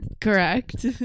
Correct